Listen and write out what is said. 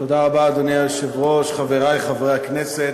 אדוני היושב-ראש, תודה רבה, חברי חברי הכנסת,